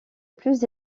plus